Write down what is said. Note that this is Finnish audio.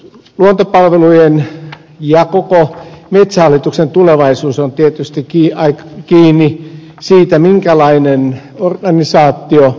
luontopalvelujen ja koko metsähallituksen tulevaisuus on tietysti kiinni siitä minkälainen organisaatio syntyy